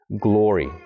glory